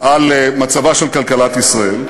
על מצבה של כלכלת ישראל.